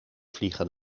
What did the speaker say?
vliegen